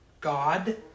God